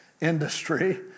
industry